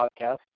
podcast